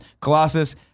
Colossus